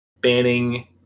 Banning